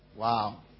Wow